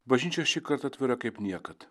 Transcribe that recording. bažnyčia šį kartą atvira kaip niekad